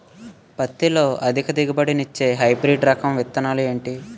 పత్తి లో అధిక దిగుబడి నిచ్చే హైబ్రిడ్ రకం విత్తనాలు ఏంటి